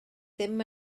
ddim